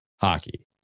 Hockey